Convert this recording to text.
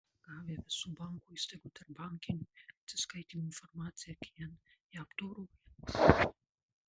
gavę visų bankų įstaigų tarpbankinių atsiskaitymų informaciją kn ją apdoroja